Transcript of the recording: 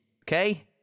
Okay